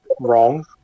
wrong